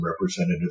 representatives